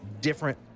different